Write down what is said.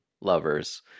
lovers